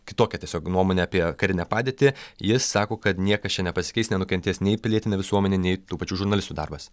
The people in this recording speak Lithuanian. kitokią tiesiog nuomonę apie karinę padėtį jis sako kad niekas čia nepasikeis nenukentės nei pilietinė visuomenė nei tų pačių žurnalistų darbas